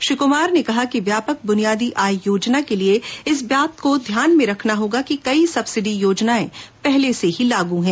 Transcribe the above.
श्री कुमार ने कहा कि व्यापक बुनियादी आय योजना के लिए इस बात को ध्यान में रखना होगा कि कई सब्सिडी योजनाए पहले से ही लागू हैं